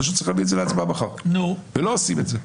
פשוט צריך להביא את זה להצבעה מחר ולא עושים את זה.